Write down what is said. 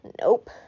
nope